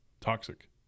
Toxic